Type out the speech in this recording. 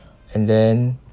and then